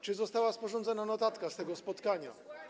Czy została sporządzona notatka z tego spotkania?